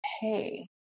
pay